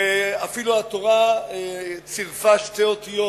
ואפילו התורה צירפה שתי אותיות